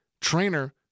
Trainer